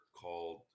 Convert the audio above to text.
called